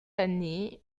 année